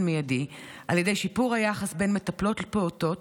מיידי על ידי שיפור היחס בין מטפלות לפעוטות,